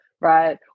Right